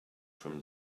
from